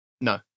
No